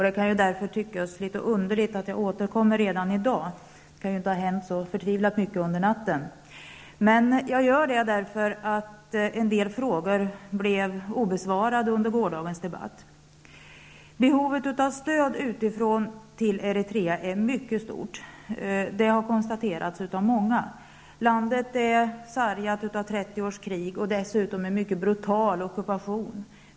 Det kan därför tyckas litet underligt att jag återkommer redan i dag -- det kan ju inte ha hänt så mycket under natten -- men jag gör det därför att en del frågor förblev obesvarade under gårdagens debatt. Behovet av stöd utifrån till Eritrea är mycket stort. Det har konstaterats av många. Landet är sargat av 30 års krig och dessutom av en mycket brutal ockupation.